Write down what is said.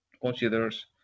considers